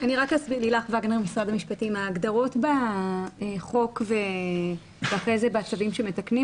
ההגדרות בחוק ואחרי זה בצווים שמתקנים